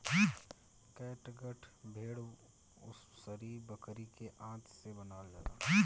catgut भेड़ अउरी बकरी के आंत से बनावल जाला